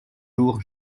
jours